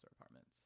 apartments